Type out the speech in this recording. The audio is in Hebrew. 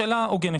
שאלה הוגנת.